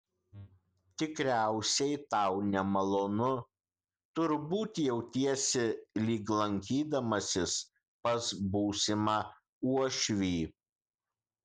tikriausiai tau nemalonu turbūt jautiesi lyg lankydamasis pas būsimą uošvį